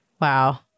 Wow